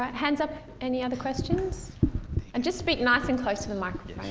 um hands up, any other questions and just speak nice and close to the like